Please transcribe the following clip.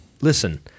listen